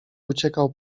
uciekał